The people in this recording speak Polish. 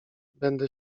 będę